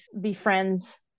befriends